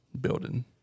building